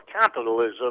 capitalism